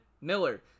miller